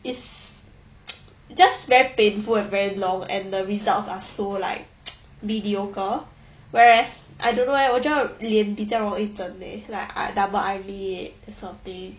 is just very painful and very long and the results are so like mediocre whereas I don't know leh 我觉得脸比较容易整 leh like ah double eyelid or something